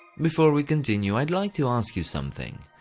before we continue, i'd like to ask you something.